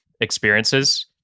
experiences